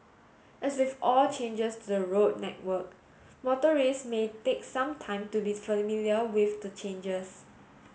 as with all changes to the road network motorists may take some time to be familiar with the changes